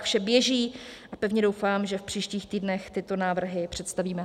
Vše běží a pevně doufám, že v příštích týdnech tyto návrhy představíme.